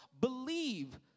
believe